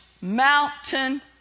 mountain